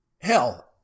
hell